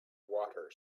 water